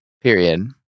period